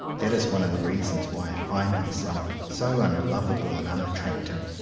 that is one of the reasons why i find my self so unlovable and unattractive.